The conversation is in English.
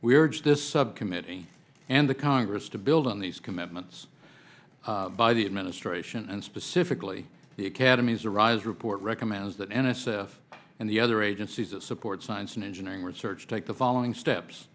are just this subcommittee and the congress to build on these commitments by the administration and specific the academy's arise report recommends that n s f and the other agencies of support science and engineering research take the following steps